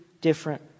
different